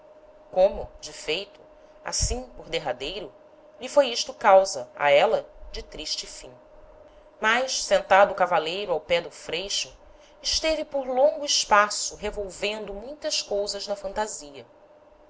como de feito assim por derradeiro lhe foi isto causa a éla de triste fim mas sentado o cavaleiro ao pé do freixo esteve por longo espaço revolvendo muitas cousas na fantasia